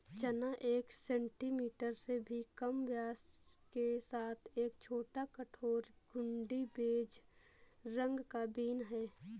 चना एक सेंटीमीटर से भी कम व्यास के साथ एक छोटा, कठोर, घुंडी, बेज रंग का बीन है